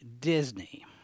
Disney